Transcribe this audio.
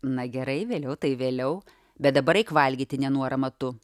na gerai vėliau tai vėliau bet dabar eik valgyti nenuorama tu